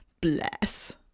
bless